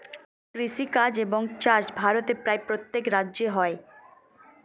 কৃষিকাজ এবং চাষ ভারতের প্রায় প্রত্যেক রাজ্যে হয়